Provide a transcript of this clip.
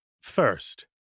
First